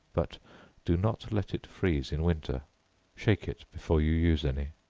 but do not let it freeze in winter shake it before you use any.